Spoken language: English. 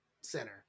center